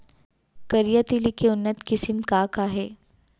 करिया तिलि के उन्नत किसिम का का हे?